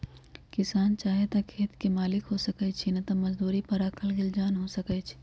किसान चाहे त खेत के मालिक हो सकै छइ न त मजदुरी पर राखल गेल जन हो सकै छइ